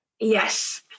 Yes